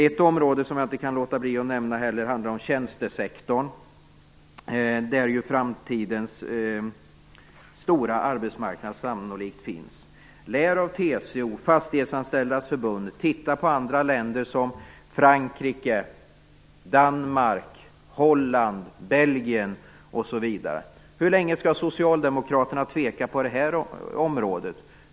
Ett område som jag också måste ta upp är tjänstesektorn, där framtidens stora arbetsmarknad sannolikt finns. Lär av TCO och Fastighetsanställdas förbund och titta exempelvis på Frankrike, Danmark, Holland och Belgien! Hur länge skall Socialdemokraterna tveka på det området?